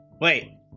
Wait